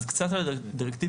אז קצת על הדירקטיבה,